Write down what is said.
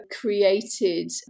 created